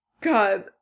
god